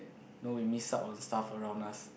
no we miss out of the stuff around us